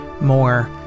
more